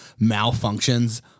malfunctions